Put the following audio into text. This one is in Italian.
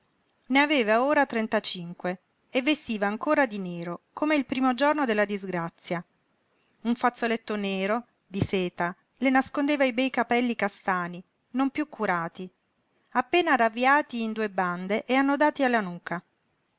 ne aveva ora trentacinque e vestiva ancora di nero come il primo giorno della disgrazia un fazzoletto nero di seta le nascondeva i bei capelli castani non piú curati appena ravviati in due bande e annodati alla nuca